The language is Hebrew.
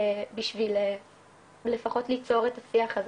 בשביל לפחות ליצור את השיח הזה,